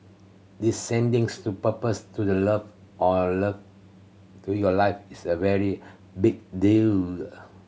deciding to propose to the love on love to your life is a very big deal